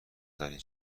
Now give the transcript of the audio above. دارین